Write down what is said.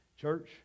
Church